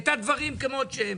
את הדברים כמות שהם.